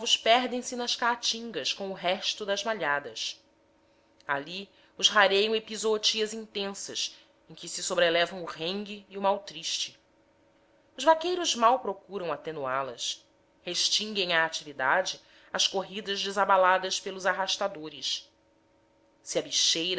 os garrotes novos perdem-se nas caatingas com o resto das malhadas ali os rareiam epizootias intensas em que se sobrelevam o rengue e o mal triste os vaqueiros mal procuram atenuá las restringem a atividade às corridas desabaladas pelos arrastadores se a bicheira